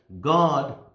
God